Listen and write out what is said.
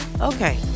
Okay